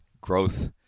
growth